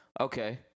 Okay